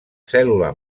cèl·lula